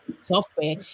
software